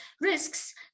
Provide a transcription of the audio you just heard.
risks